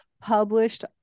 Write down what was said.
published